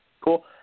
Cool